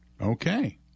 Okay